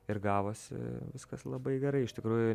ir gavosi viskas labai gerai iš tikrųjų